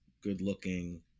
good-looking